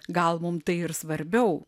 gal mum tai ir svarbiau